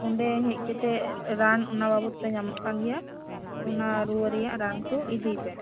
ᱚᱸᱰᱮ ᱦᱮᱡ ᱠᱟᱛᱮ ᱨᱟᱱ ᱚᱱᱟ ᱵᱟᱵᱚᱛᱮ ᱧᱟᱢ ᱚᱜ ᱠᱟᱱ ᱜᱮᱭᱟ ᱚᱱᱟ ᱨᱩᱭᱟᱹ ᱨᱮᱭᱟᱜ ᱨᱟᱱ ᱠᱚ ᱤᱫᱤᱭ ᱯᱮ